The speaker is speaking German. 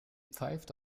pfeift